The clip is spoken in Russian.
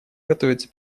готовится